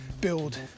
build